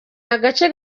agace